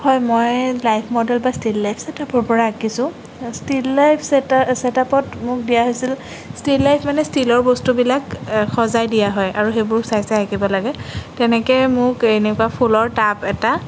হয় মই life model বা ষ্টিল লাইফ চেটআপৰ পৰা আঁকিছোঁ ষ্টিল লাইফ চেটআ চেটআপত মোক দিয়া হৈছিল ষ্টিল লাইফ মানে ষ্টিলৰ বস্তুবিলাক সজাই দিয়া হয় আৰু সেইবোৰ চাই চাই আঁকিব লাগে তেনেকৈ মোক এনেকুৱা ফুলৰ টাব এটা